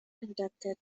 conducted